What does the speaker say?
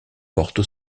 porte